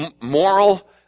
moral